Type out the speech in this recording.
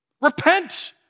Repent